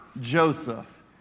Joseph